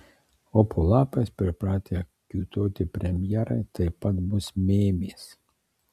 o po lapais pripratę kiūtoti premjerai taip pat bus mėmės